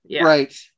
Right